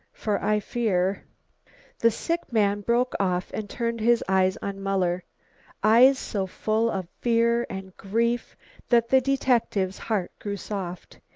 for i fear the sick man broke off and turned his eyes on muller eyes so full of fear and grief that the detective's heart grew soft.